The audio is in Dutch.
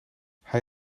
hij